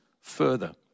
further